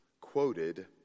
quoted